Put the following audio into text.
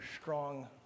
strong